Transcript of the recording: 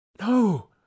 no